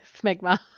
smegma